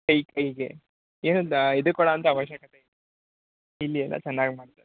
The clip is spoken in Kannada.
ಕೈಗೆ ಕೈಗೆ ಏನಂಥ ಹೆದ್ರಿಕೊಳ್ಳ ಅವಶ್ಯಕತೆ ಇಲ್ಲಿ ಎಲ್ಲ ಚೆನ್ನಾಗಿ ಮಾಡ್ತಾರೆ